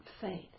faith